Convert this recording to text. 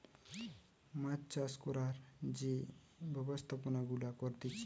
মাছ চাষ করার যে সব ব্যবস্থাপনা গুলা করতিছে